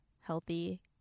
healthy